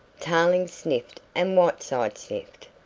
tarling sniffed and whiteside sniffed.